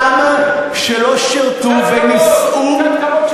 אותם שלא שירתו ונישאו, קצת כבוד.